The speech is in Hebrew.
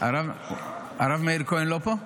הרב מאיר כהן לא פה?